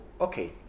okay